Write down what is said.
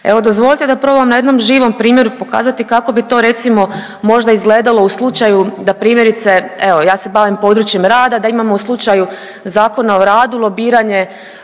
Evo dozvolite da probam na jednom živom primjeru pokazati kako bi to recimo možda izgledalo u slučaju da primjerice evo ja se bavim područjem rada da imamo u slučaju Zakona o radu lobiranje